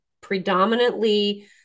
predominantly